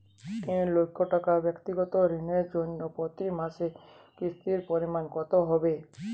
তিন লক্ষ টাকা ব্যাক্তিগত ঋণের জন্য প্রতি মাসে কিস্তির পরিমাণ কত হবে?